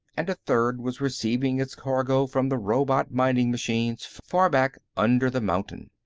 and a third was receiving its cargo from the robot mining machines far back under the mountain.